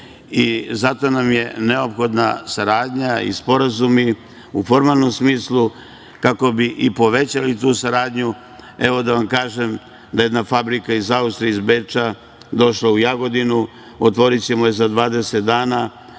zato nam je neophodna saradnja i sporazumi, u formalnom smislu, kako bi povećali tu saradnju. Evo, da vam kažem, jedna fabrika iz Austrije, iz Beča, došla je u Jagodinu, otvorićemo je za 20 dana.